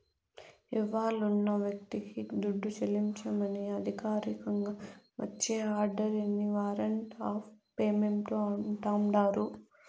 ఇవ్వాలున్న వ్యక్తికి దుడ్డు చెల్లించమని అధికారికంగా వచ్చే ఆర్డరిని వారంట్ ఆఫ్ పేమెంటు అంటాండారు